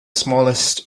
smallest